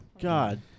God